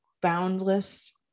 boundless